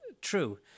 true